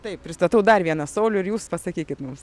taip pristatau dar vieną saulių ir jūs pasakykit mums